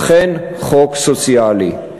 אכן חוק סוציאלי.